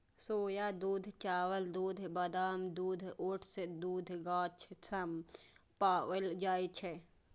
सोया दूध, चावल दूध, बादाम दूध, ओट्स दूध गाछ सं पाओल जाए छै